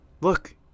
Look